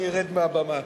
אני ארד מהבמה.